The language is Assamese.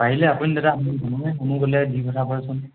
পাৰিলে আপুনি দাদা গ'লে দি পঠাবচোন